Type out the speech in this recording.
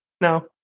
No